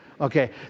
okay